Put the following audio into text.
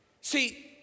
See